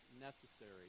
necessary